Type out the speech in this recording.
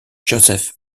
joseph